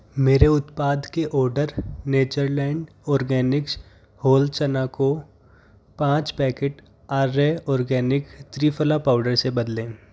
मेरे उत्पाद के ऑर्डर नेचरलैंड ऑर्गेनिक्स होल चना को पाँच packet Arya organic triphala powder से बदलें